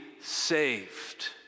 saved